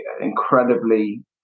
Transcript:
incredibly